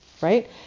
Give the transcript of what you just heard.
Right